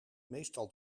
meestal